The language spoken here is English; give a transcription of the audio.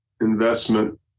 investment